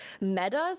metas